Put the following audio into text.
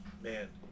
man